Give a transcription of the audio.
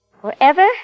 Forever